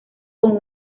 con